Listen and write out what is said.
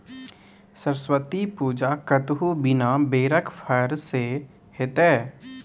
सरस्वती पूजा कतहु बिना बेरक फर सँ हेतै?